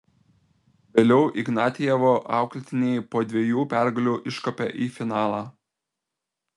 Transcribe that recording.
vėliau ignatjevo auklėtiniai po dviejų pergalių iškopė į finalą